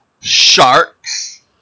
sharks